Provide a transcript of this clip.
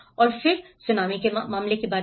और फिर सुनामी मामले में